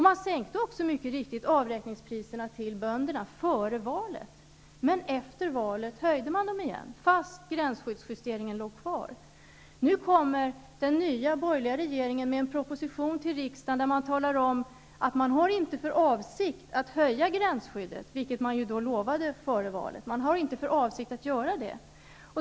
Man sänkte också mycket riktigt avräkningspriserna till bönderna före valet, men efter valet höjde man dem igen, fast gränsskyddsjusteringen låg kvar. Nu kommer den nya borgerliga regeringen med en proposition till riksdagen där man talar om att man inte har för avsikt att höja gränsskyddet, vilket man före valet lovade att göra.